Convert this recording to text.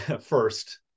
first